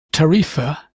tarifa